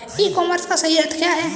ई commerce का सही अर्थ क्या है?